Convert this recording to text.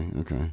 okay